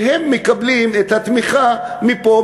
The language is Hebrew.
והם מקבלים את התמיכה מפה,